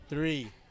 Three